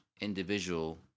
individual